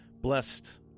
blessed